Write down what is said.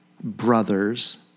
brothers